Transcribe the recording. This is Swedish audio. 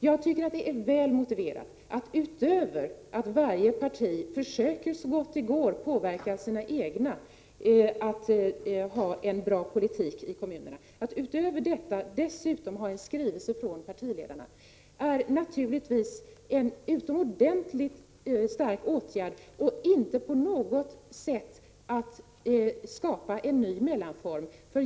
Jag tycker att det är väl motiverat — utöver det att alla partier försöker att så långt som möjligt påverka sina egna företrädare att föra en bra politik ute i kommunerna — med en skrivelse från partiledarna. Det är naturligtvis en utomordentligt stark åtgärd, men det är inte på något sätt detsamma som att skapa en mellanform.